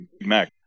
Mac